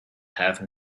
have